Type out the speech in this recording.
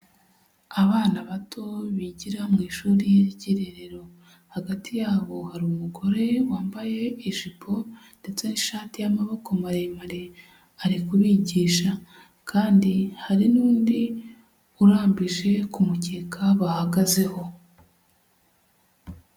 Abana bato bigira mu ishuri ry'irerero. Hagati yabo hari umugore wambaye ijipo ndetse n'ishati y'amaboko maremare, ari kubigisha. Kandi hari n'undi urambije ku mukeka bahagazeho.